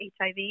HIV